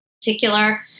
particular